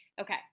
Okay